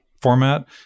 format